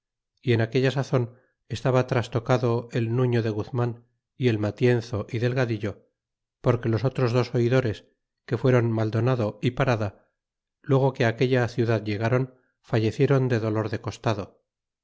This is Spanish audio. y en aquella sazon estaba trastrocado el nuño de guzman y el matienzo y delgadillo porque los otros dos oidores que fuéron maldonado y parada luego que k aquella ciudad ilegron falleciéron de dolor de costado